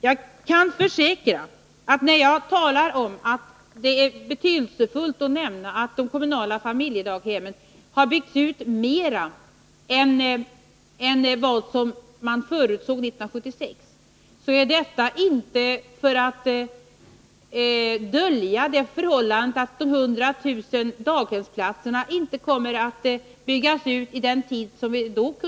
Jag kan försäkra, att när jag talar om att det är betydelsefullt att nämna att de kommunala familjedaghemmen har byggts ut mera än vad som förutsågs 1976, är detta inte för att dölja det förhållandet att de 100 000 daghemsplatserna inte kommer att byggas ut inom den beräknade tiden.